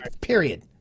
period